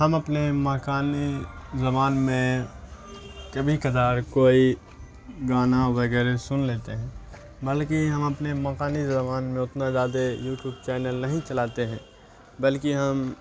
ہم اپنے مقامی زبان میں کبھی کبھار کوئی گانا وغیرہ سن لیتے ہیں بلکہ ہم اپنے مقامی زبان میں اتنا زیادہ یوٹیوب چینل نہیں چلاتے ہیں بلکہ ہم